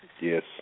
Yes